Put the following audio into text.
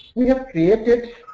we have created